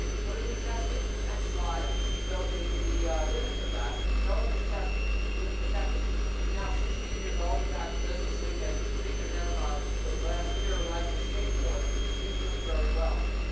put a new chest in him. the next slide shows the the image of that, showing his chest being protected. he's now sixteen years old. in fact, business week had featured him ah last year riding a skateboard. and he's he's doing very well.